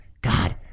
God